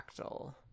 fractal